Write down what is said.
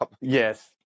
Yes